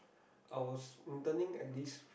I was routeing at this